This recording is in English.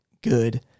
good